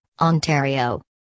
Ontario